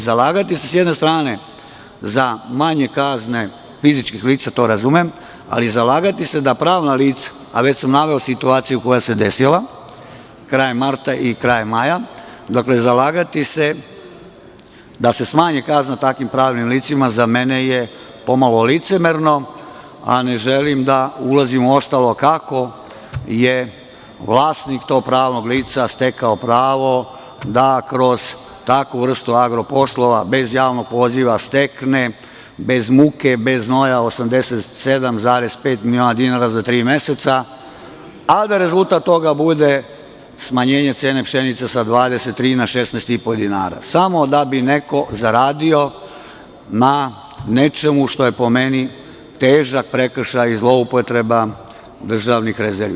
Zalagati se, s jedne strane, za manje kazne fizičkih lica to razumem, ali zalagati se da se smanji kazna za pravna lica, već sam naveo situaciju koja se desila krajem marta i krajem maja, za mene je po malo licemerno, a ne želim da ulazim u ostalo, kako je vlasnik to pravnog lica stekao pravo da kroz takvu vrstu agro poslova, bez javnog poziva, stekne bez muke, bez znoja, 87,5 miliona dinara, za tri meseca, a da rezultat toga bude smanjenje cene pšenice sa 23 na 16,5 dinara, samo da bi neko zaradiona nečemu, što je po meni, težak prekršaj, zloupotreba državnih rezervi.